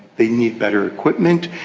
they need better equipment,